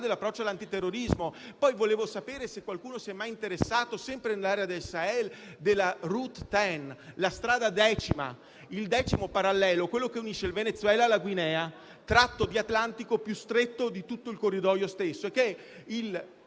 dell'approccio all'antiterrorismo. Volevo poi sapere se qualcuno si è mai interessato, sempre nell'area del Sahel, della Route 10, la strada decima, il decimo parallelo, quello che unisce il Venezuela alla Guinea, tratto di Atlantico più stretto di tutto il corridoio stesso, che è